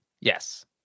Yes